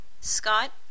Scott